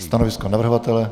Stanovisko navrhovatele?